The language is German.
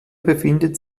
befindet